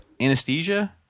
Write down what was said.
Anesthesia